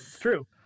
True